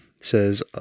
says